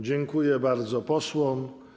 Dziękuję bardzo posłom.